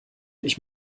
ich